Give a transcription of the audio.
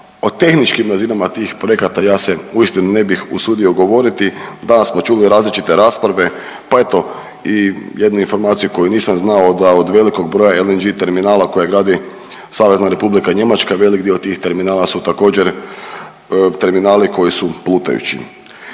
O tehničkim razinama tih projekata ja se uistinu ne bih usudio govoriti, danas smo čuli različite rasprave pa eto i jednu informaciju koju nisam znao da od velikog broja LNG terminala koje gradi Savezna Republika Njemačka, velik dio tih terminala su također terminali koji su plutajući.